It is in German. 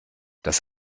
das